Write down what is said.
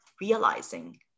realizing